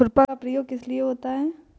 खुरपा का प्रयोग किस लिए होता है?